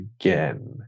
again